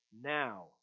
now